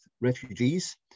refugees